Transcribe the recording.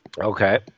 Okay